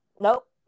Nope